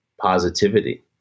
positivity